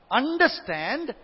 understand